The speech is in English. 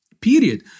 period